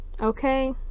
Okay